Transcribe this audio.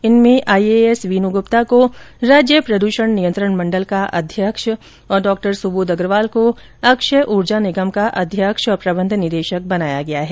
इनमें आईएएस वीनू गुप्ता को राज्य प्रद्षण नियंत्रण मंडल का अध्यक्ष और डॉ सुबोध अग्रवाल को अक्षय ऊर्जा निगम का अध्यक्ष और प्रबन्ध निर्देशक बनाया गया है